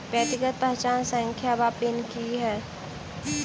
व्यक्तिगत पहचान संख्या वा पिन की है?